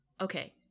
Okay